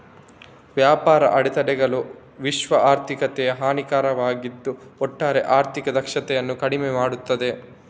ವ್ಯಾಪಾರ ಅಡೆತಡೆಗಳು ವಿಶ್ವ ಆರ್ಥಿಕತೆಗೆ ಹಾನಿಕಾರಕವಾಗಿದ್ದು ಒಟ್ಟಾರೆ ಆರ್ಥಿಕ ದಕ್ಷತೆಯನ್ನ ಕಡಿಮೆ ಮಾಡ್ತದೆ